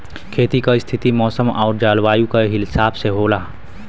खेती क स्थिति मौसम आउर जलवायु क हिसाब से होला